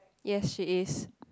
yes she is